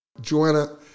Joanna